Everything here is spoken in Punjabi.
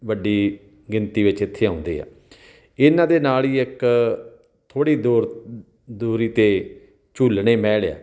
ਵੱਡੀ ਗਿਣਤੀ ਵਿੱਚ ਇੱਥੇ ਆਉਂਦੇ ਆ ਇਹਨਾਂ ਦੇ ਨਾਲ ਹੀ ਇੱਕ ਥੋੜ੍ਹੀ ਦੂਰ ਦੂਰੀ 'ਤੇ ਝੂਲਣੇ ਮਹਿਲ ਆ